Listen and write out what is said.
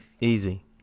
Easy